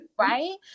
Right